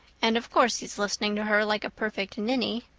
and of course he's listening to her like a perfect ninny.